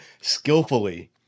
skillfully